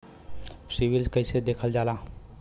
CIBIL कैसे देखल जाला?